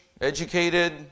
educated